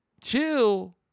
Chill